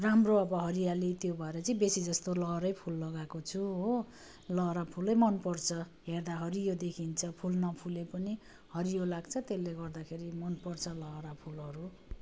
राम्रो अब हरियाली त्यो भएर चाहिँ बेसी जस्तो लहरै फुल लगाएको छु हो लहरा फुलै मनर्छ हेर्दा हरियो देखिन्छ फुल नफुले पनि हरियो लाग्छ त्यसले गर्दाखेरि मनपर्छ लहरा फुलहरू